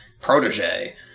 protege